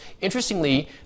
Interestingly